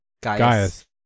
Gaius